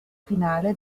finale